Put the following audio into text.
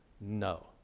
no